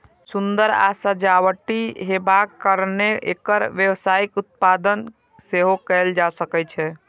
सुंदर आ सजावटी हेबाक कारणें एकर व्यावसायिक उत्पादन सेहो कैल जा सकै छै